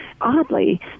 Oddly